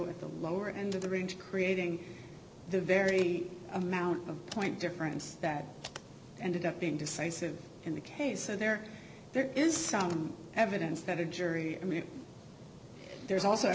at the lower end of the range creating the very amount of point difference that ended up being decisive in the case and there there is some evidence that a jury i mean there's also